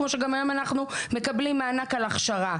כמו שגם היום אנחנו מקבלים מענק על הכשרה,